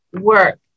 work